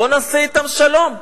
בוא נעשה אתם שלום.